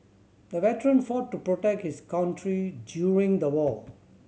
the veteran fought to protect his country during the war